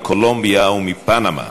מקולומביה ומפנמה.